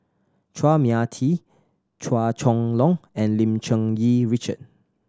Chua Mia Tee Chua Chong Long and Lim Cherng Yih Richard